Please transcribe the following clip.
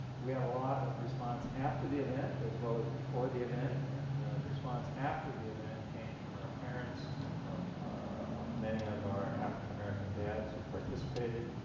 we had a lot of response after the event event as well as before the event and the response after the event came from our parents and from many of our african-american dads who participated.